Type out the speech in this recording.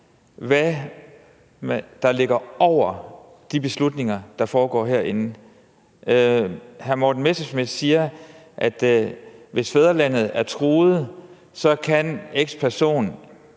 hvad der ligger over de beslutninger, der bliver truffet herinde? Hr. Morten Messerschmidt siger, at hvis fædrelandet er truet, kan X